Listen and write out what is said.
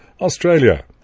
Australia